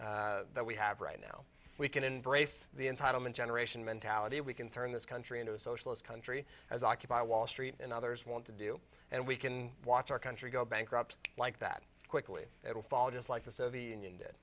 choices that we have right now we can embrace the entitlement generation mentality we can turn this country into a socialist country as occupy wall street and others want to do and we can watch our country go bankrupt like that quickly it will fall just like the soviet union